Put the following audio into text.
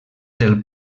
del